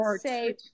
say